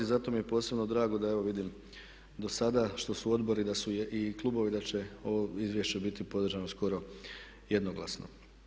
I zato mi je posebno drago da evo vidim do sada što su odbori da su i klubovi, da će ovo izvješće biti podržano skoro jednoglasno.